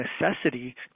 necessity